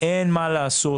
אין מה לעשות.